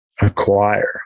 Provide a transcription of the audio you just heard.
acquire